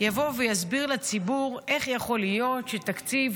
יבוא ויסביר לציבור איך יכול להיות שתקציב,